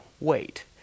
wait